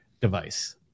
device